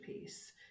piece